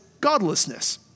godlessness